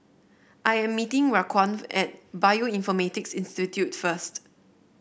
I am meeting Raquan at Bioinformatics Institute first